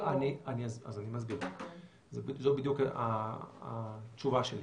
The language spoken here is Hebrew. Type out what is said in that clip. אז אני מסביר, זו בדיוק התשובה שלי: